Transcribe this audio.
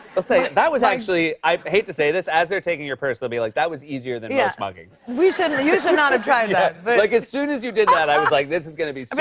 well say, that was actually i hate to say this, as they're taking your purse, they'll be like, that was easier than most yeah muggings. we should you should not have tried that. like, as soon as you did that, i was like, this is going to be